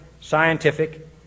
scientific